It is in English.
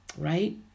right